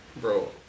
Bro